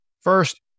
First